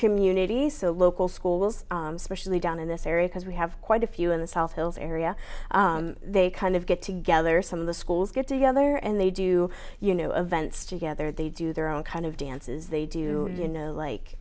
communities so local schools especially down in this area because we have quite a few in the south hills area they kind of get together some of the schools get together and they do you know events together they do their own kind of dances they do you know